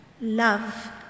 love